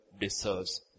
deserves